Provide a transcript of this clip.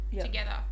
Together